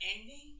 ending